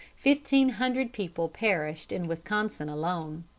fifteen hundred people perished in wisconsin alone.